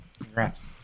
Congrats